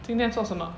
今天做什么